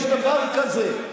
יש דבר כזה,